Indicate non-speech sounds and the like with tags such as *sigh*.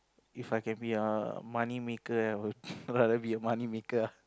If I can be a money maker I would *laughs* rather be a money maker ah